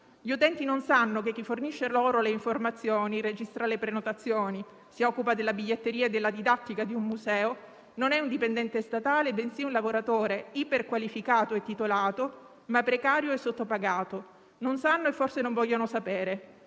Gli utenti non sanno che chi fornisce loro le informazioni, registra le prenotazioni, si occupa della biglietteria e della didattica di un museo è non un dipendente statale, bensì un lavoratore iperqualificato e titolato, ma precario e sottopagato. Non sanno e forse non vogliono sapere.